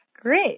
Great